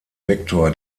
vektor